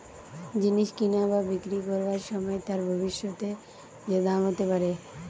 জিনিস কিনা বা বিক্রি করবার সময় তার ভবিষ্যতে যে দাম হতে পারে